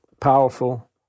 powerful